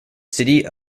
city